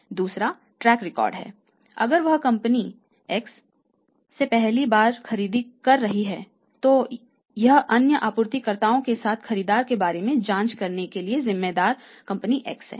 दूसरा track record है अगर वह कंपनी एक्स से पहली बार खरीदारी कर रही है तो यह अन्य आपूर्तिकर्ताओं के साथ खरीदार के बारे में जांच करने के लिए जिम्मेदार कंपनी एक्स है